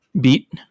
beat